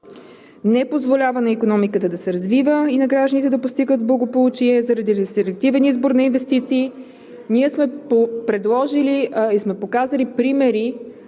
не позволява на икономиката да се развива и на гражданите да постигат благополучие заради селективен избор на инвестиции. Ние сме предложили